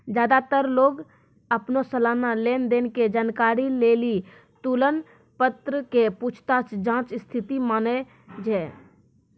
ज्यादातर लोग अपनो सलाना लेन देन के जानकारी लेली तुलन पत्र के पूछताछ जांच स्थिति मानै छै